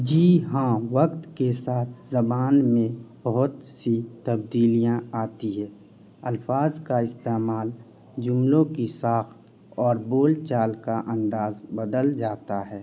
جی ہاں وقت کے ساتھ زبان میں بہت سی تبدیلیاں آتی ہے الفاظ کا استعمال جملوں کی ساخت اور بول چال کا انداز بدل جاتا ہے